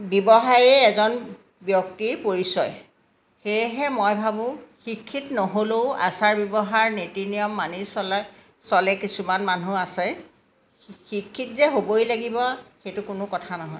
ব্যৱহাৰেই এজন ব্যক্তিৰ পৰিচয় সেয়েহে মই ভাবোঁ শিক্ষিত নহ'লেও আচাৰ ব্যৱহাৰ নীতি নিয়ম মানি চলে চলে কিছুমান মানুহ আছে শিক্ষিত যে হ'বই লাগিব সেইটো কোনো কথা নহয়